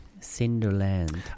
cinderland